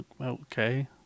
Okay